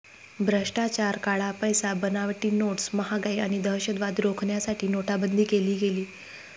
भ्रष्टाचार, काळा पैसा, बनावटी नोट्स, महागाई आणि दहशतवाद रोखण्यासाठी नोटाबंदी केली गेली